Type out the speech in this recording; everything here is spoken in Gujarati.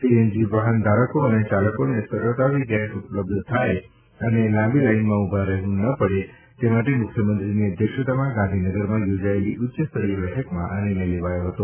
સીએનજી વાહન ધારકો અને ચાલકોને સરળતાથી ગેસ ઉપલબ્ધ થાય અને લાંબી લાઈનમાં ઊભા રહેવું ન પડે તે માટે મુખ્યમંત્રીની અધ્યક્ષતામાં ગાંધીનગરમાં યોજાયેલી ઉચ્ચસ્તરીય બેઠકમાં આ નિર્ણય લેવાયો હતો